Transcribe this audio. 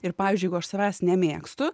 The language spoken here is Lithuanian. ir pavyzdžiui jeigu aš savęs nemėgstu